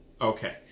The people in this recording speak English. okay